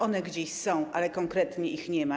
One gdzieś są, ale konkretnie ich nie ma.